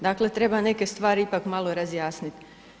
Dakle, treba neke stvari ipak malo razjasniti.